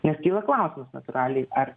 nes kyla klausimas natūraliai ar